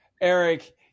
Eric